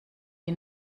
die